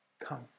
come